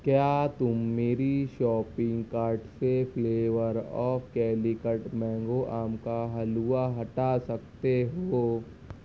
کیا تم میری شاپنگ کارٹ سے آم کا حلوہ ہٹا سکتے ہو